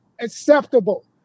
acceptable